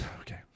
Okay